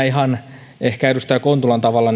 ihan ehkä edustaja kontulan tavalla